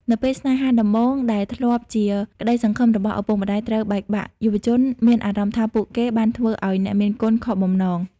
នៅពេលស្នេហាដំបូងដែលធ្លាប់តែជាក្តីសង្ឃឹមរបស់ឪពុកម្តាយត្រូវបែកបាក់ យុវជនមានអារម្មណ៍ថាពួកគេបានធ្វើឱ្យអ្នកមានគុណខកបំណង។